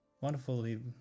Wonderfully